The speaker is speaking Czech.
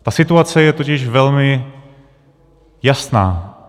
Ta situace je totiž velmi jasná.